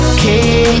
Okay